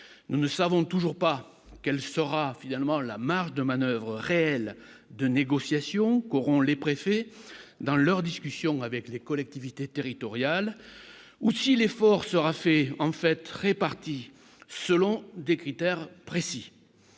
nous ne savons toujours pas quel sera finalement la marge de manoeuvre réelle de négociations auront les préfets dans leurs discussions avec les collectivités territoriales ou si l'effort sera fait en fait réparties selon des critères précis,